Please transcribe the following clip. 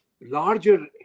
larger